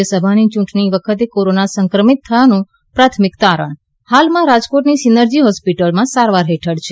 રાજ્યસભાની ચૂંટણી વખતે કોરોના સંક્રમિત થયાનું પ્રાથમિક તારણ હાલમાં રાજકોટની સીનર્જી હોસ્પિટલમાં સારવાર હેઠળ છે